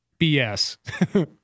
bs